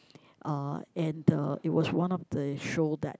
uh and uh it was one of the show that